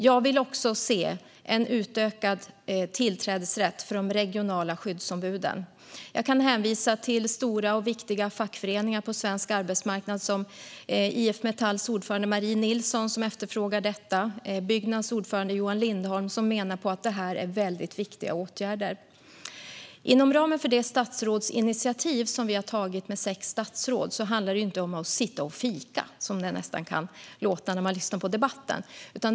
Jag vill även se en utökad tillträdesrätt för de regionala skyddsombuden. Jag kan hänvisa till stora och viktiga fackföreningar på svensk arbetsmarknad. IF Metalls ordförande Marie Nilsson efterfrågar detta, och Byggnads ordförande Johan Lindholm menar att det är viktiga åtgärder. Det statsrådsinitiativ som sex statsråd har tagit handlar inte om att sitta och fika, vilket det nästan kan låta som när man lyssnar på debatten.